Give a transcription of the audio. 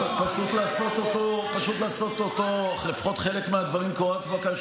פשוט לעשות לפחות חלק מהדברים כהוראה קבועה, כי